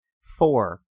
Four